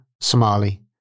Somali